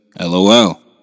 LOL